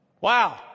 Wow